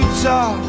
Utah